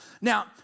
Now